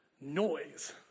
noise